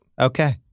Okay